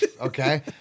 okay